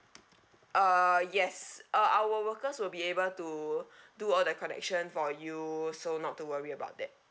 uh yes uh our workers will be able to do all the connection for you so not to worry about that